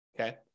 okay